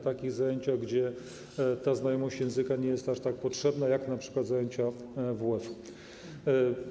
Takie zajęcia, gdzie ta znajomość języka nie jest aż tak potrzebna, to np. zajęcia WF.